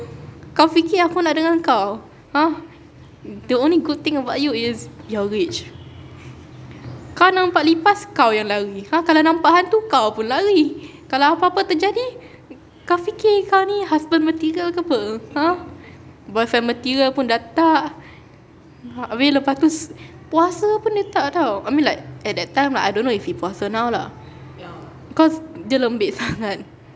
kau fikir aku nak dengan kau !huh! the only good thing about you is you are rich kau nampak lipas kau yang lari kau kalau nampak hantu kau pun lari kalau apa-apa terjadi kau fikir kau ni husband material ke [pe] !huh! boyfriend material pun dah tak abeh lepas tu puasa pun dia tak [tau] I mean like at that time lah I don't know if he puasa now lah because dia lembik sangat